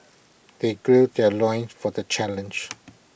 they gird their loins for the challenge